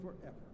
forever